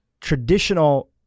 traditional